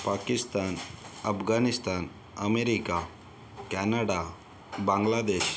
Pakistan Afghanistan America Canada Bangladesh